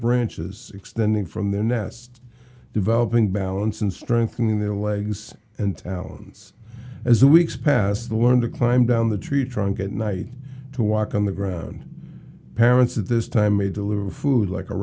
branches extending from their nest developing balance and strengthening their legs and talons as the weeks pass the word to climb down the tree trunk at night to walk on the ground parents at this time a deliver food like a